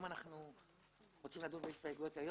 רוצים לדון בהסתייגויות היום?